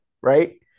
right